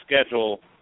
schedule